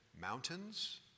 mountains